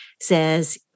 says